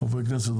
חברי הכנסת.